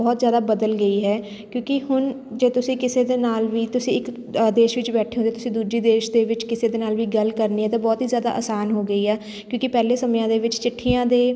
ਬਹੁਤ ਜ਼ਿਆਦਾ ਬਦਲ ਗਈ ਹੈ ਕਿਉਂਕਿ ਹੁਣ ਜੇ ਤੁਸੀਂ ਕਿਸੇ ਦੇ ਨਾਲ ਵੀ ਤੁਸੀਂ ਇੱਕ ਅ ਦੇਸ਼ ਵਿੱਚ ਬੈਠੇ ਹੋ ਅਤੇ ਤੁਸੀਂ ਦੂਜੀ ਦੇਸ਼ ਦੇ ਵਿੱਚ ਕਿਸੇ ਦੇ ਨਾਲ ਵੀ ਗੱਲ ਕਰਨੀ ਹੈ ਤਾਂ ਬਹੁਤ ਹੀ ਜ਼ਿਆਦਾ ਆਸਾਨ ਹੋ ਗਈ ਹੈ ਕਿਉਂਕਿ ਪਹਿਲੇ ਸਮਿਆਂ ਦੇ ਵਿੱਚ ਚਿੱਠੀਆਂ ਦੇ